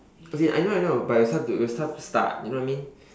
as in I know I know but it was hard to it was hard to start you know what I mean